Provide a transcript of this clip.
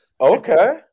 okay